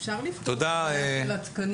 אפשר לפתור את הבעיה של התקנים.